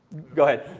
go ahead.